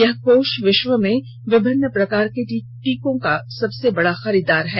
यह कोष विश्व में विभिन्न प्रकार के टीकों का सबसे बड़ा खरीददार है